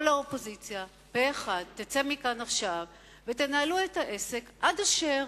כל האופוזיציה כאחד תצא מפה עכשיו ותנהלו את העסק עד אשר